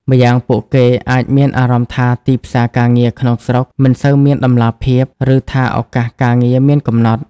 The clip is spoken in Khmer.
ម្យ៉ាងពួកគេអាចមានអារម្មណ៍ថាទីផ្សារការងារក្នុងស្រុកមិនសូវមានតម្លាភាព ឬថាឱកាសការងារមានកំណត់។